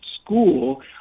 school